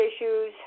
issues